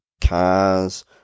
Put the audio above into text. cars